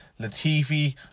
Latifi